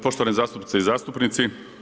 Poštovane zastupnice i zastupnici.